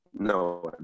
No